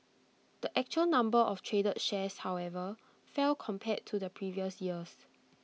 the actual number of traded shares however fell compared to the previous years